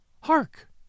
Hark